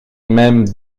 même